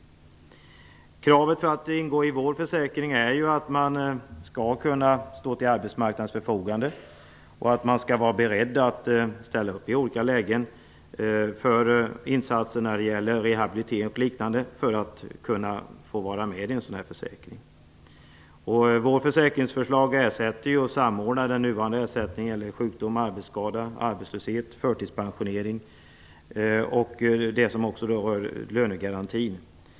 Kravet för att ingå i den av oss föreslagna försäkringen är att man skall stå till arbetsmarknadens förfogande och att man i olika lägen skall vara beredd att ställa upp på insatser när det gäller rehabilitering och liknande. Vårt förslag till försäkring ersätter och samordnar nuvarande ersättning vid sjukdom, arbetsskada, arbetslöshet och förtidspensionering. Det ersätter också lönegarantin.